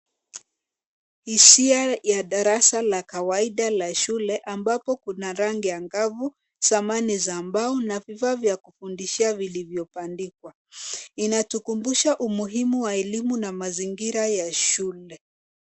Hisia ya darasa la kawaida la shule ambapo kuna rangi ya ngavu, samani za mbao na vifaa vya kufundishia vilivyo bandikwa . Inatukubusha umuhimu wa elimu na mazingira ya shule.